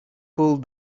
pulled